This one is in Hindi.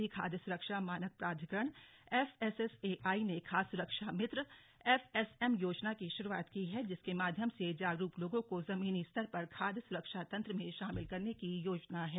भारतीय खाद्य सुरक्षा मानक प्राधिकरण एफएसएआई ने खाद्य सुरक्षा मित्र एफएसएम योजना की शुरुआत की है जिसके माध्यम से जागरूक लोगों को जमीनी स्तर पर खाद्य सुरक्षा तंत्र में शामिल करने की योजना है